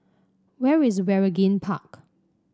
where is Waringin Park